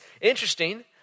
interesting